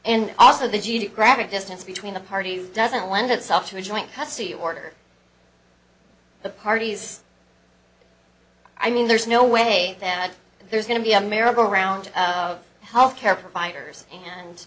and also the geographic distance between the parties doesn't lend itself to a joint custody order the parties i mean there's no way that there's going to be a miracle around health care providers and